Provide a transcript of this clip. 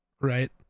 Right